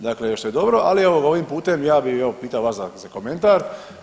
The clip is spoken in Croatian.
Dakle što je dobro, ali evo ovim putem ja bi evo pitao vas za komentar.